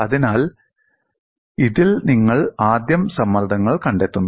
അതിനാൽ ഇതിൽ നിങ്ങൾ ആദ്യം സമ്മർദ്ദങ്ങൾ കണ്ടെത്തുന്നു